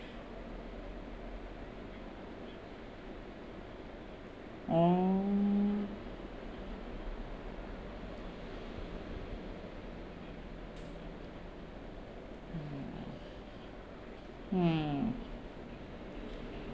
orh mm mm